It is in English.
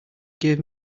gave